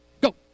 Go